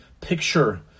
picture